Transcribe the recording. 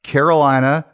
Carolina